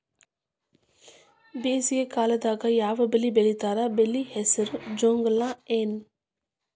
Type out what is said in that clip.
ಬೇಸಿಗೆ ಕಾಲದಾಗ ಯಾವ್ ಬೆಳಿ ಬೆಳಿತಾರ, ಬೆಳಿ ಹೆಸರು ಗೋಂಜಾಳ ಏನ್?